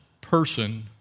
person